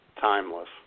timeless